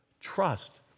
trust